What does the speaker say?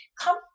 come